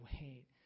wait